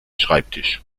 schreibtisch